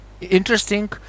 interesting